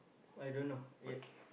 I don't know yet